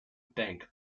bank